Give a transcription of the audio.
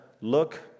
Look